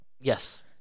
yes